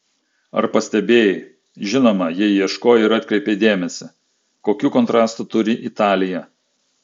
ar pastebėjai žinoma jei ieškojai ir atkreipei dėmesį kokių kontrastų turi italija